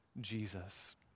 Jesus